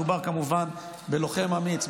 מדובר כמובן בלוחם אמיץ,